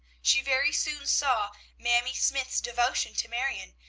she very soon saw mamie smythe's devotion to marion,